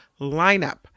lineup